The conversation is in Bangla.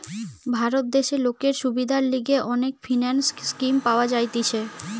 ভারত দেশে লোকের সুবিধার লিগে অনেক ফিন্যান্স স্কিম পাওয়া যাইতেছে